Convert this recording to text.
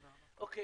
תודה רבה,